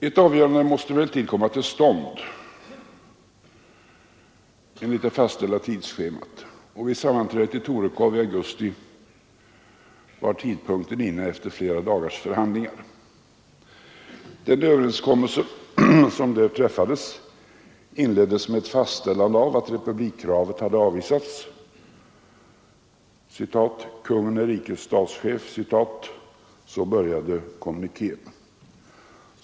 Ett avgörande måste emellertid komma till stånd enligt det fastställda tidsschemat, och vid sammanträdet i Torekov i augusti var tidpunkten härför inne efter flera dagars förhandlingar. Den överenskommelse som där träffades inleddes med ett fastställande av att republikkravet hade avvisats. ”Konungen är rikets statschef”, så började kommunikén.